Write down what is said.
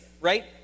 right